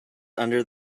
under